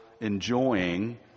enjoying